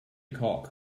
cock